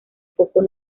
poco